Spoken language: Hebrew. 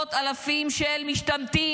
לעשרות אלפים של משתמטים.